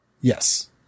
Yes